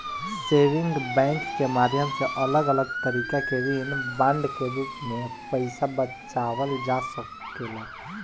saving bank के माध्यम से अलग अलग तरीका के ऋण बांड के रूप में पईसा बचावल जा सकेला